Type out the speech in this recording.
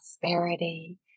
prosperity